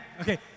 Okay